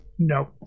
No